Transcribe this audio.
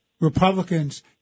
Republicans